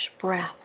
breath